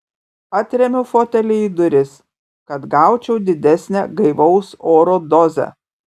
atremiu fotelį į duris kad gaučiau didesnę gaivaus oro dozę